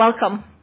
Welcome